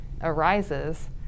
arises